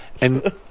and-